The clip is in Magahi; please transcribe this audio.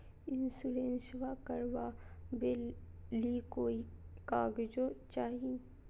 इंसोरेंसबा करबा बे ली कोई कागजों चाही?